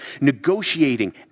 Negotiating